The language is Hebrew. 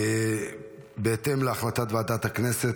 בהתאם להחלטת ועדת הכנסת,